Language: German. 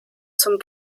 zum